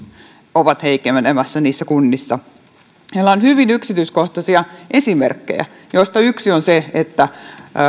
ovat heikkenemässä niissä kunnissa meillä on hyvin yksityiskohtaisia esimerkkejä joista yksi on se että